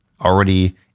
already